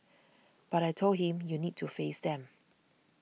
but I told him you need to face them